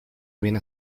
viene